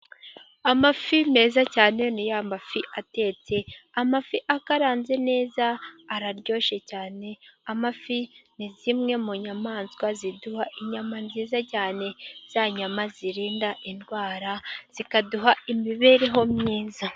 Amafi meza cyane ni amafi atetse, amafi akaranze neza araryoshye cyane, amafi ni zimwe mu nyamaswa ziduha inyama nziza cyane, za nyama zirinda indwara zikaduha imibereho myiza.